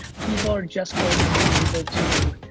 people are just going to be able to